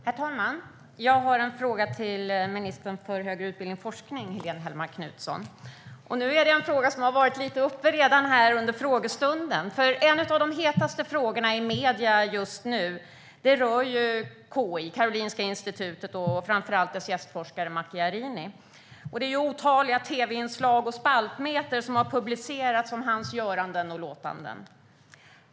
Herr talman! Jag har en fråga till ministern för högre utbildning och forskning, Helene Hellmark Knutsson. Det är en fråga som redan har varit uppe i frågestunden. En av de hetaste frågorna i medierna just nu rör KI, Karolinska Institutet, och framför allt dess gästforskare Macchiarini. Det är otaliga tv-inslag och spaltmeter som har publicerats om hans göranden och låtanden.